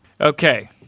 Okay